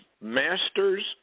masters